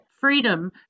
freedom